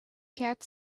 cat